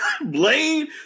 Blade